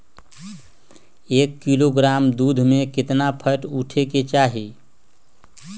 एक किलोग्राम दूध में केतना फैट उठे के चाही?